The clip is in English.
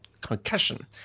Concussion